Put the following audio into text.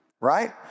right